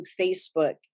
Facebook